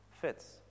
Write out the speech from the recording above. fits